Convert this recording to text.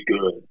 good